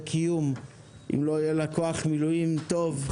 קיום אם לא יהיה לה כוח מילואים טוב,